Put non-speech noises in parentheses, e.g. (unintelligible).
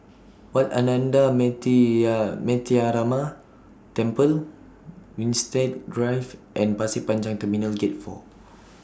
Wat Ananda (unintelligible) Metyarama Temple Winstedt Drive and Pasir Panjang Terminal Gate four